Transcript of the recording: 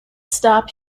stop